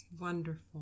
Wonderful